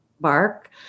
bark